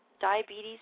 Diabetes